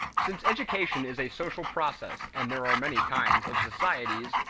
since education is a social process, and there are many kinds of societies,